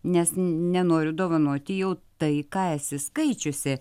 nes nenoriu dovanoti jau tai ką esi skaičiusi